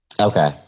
Okay